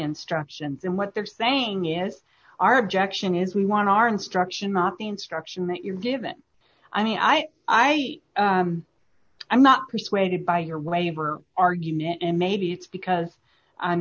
instructions and what they're saying is our objection is we want our instruction not the instruction that you're given i mean i i i'm not persuaded by your waiver argument and maybe it's because i'm